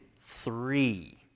three